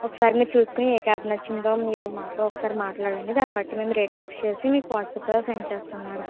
ఒకసారి మీరు చూసుకుని మీకు ఏ క్యాబ్ నచ్చిందో మీరు మాతో ఒకసారి మాట్లాడండి దాన్ని బట్టి మేము రేట్ ఫిక్స్ చేసి వాట్సాప్లో సెండ్ చేస్తాము మేడం